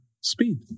speed